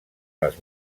les